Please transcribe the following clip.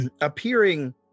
appearing